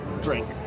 drink